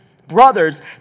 Brothers